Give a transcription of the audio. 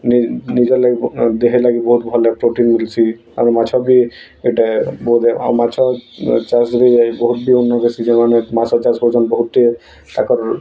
ନିଜର୍ ଲାଗି ଦେହେ ଲାଗି ବହୁତ୍ ଭଲ୍ ଏ ପ୍ରୋଟିନ୍ ମିଲ୍ସି ଆଉ ମାଛ ବି ଇଟା ବହୁତ୍ ଏ ଆଉ ମାଛ ଚାଷ୍ ବି ବହୁତ୍ ବି ଉନ୍ନତ ହେସି ଯେନ୍ମାନେ ମାଛ ଚାଷ୍ କରୁଛନ୍ ବହୁତ୍ଟେ ତାକର୍